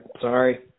Sorry